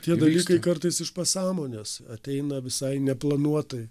tie dalykai kartais iš pasąmonės ateina visai neplanuotai